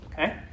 okay